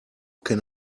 can